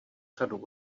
řadu